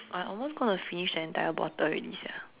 I almost going to finish the entire bottle already sia